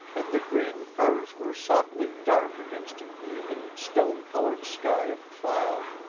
and the green firs were softly dark against an even, stone-colored sky of cloud.